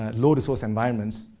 ah low resource environments,